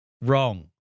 Wrong